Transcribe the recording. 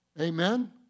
Amen